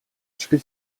шиг